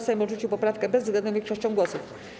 Sejm odrzucił poprawkę bezwzględną większością głosów.